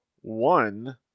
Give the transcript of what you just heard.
one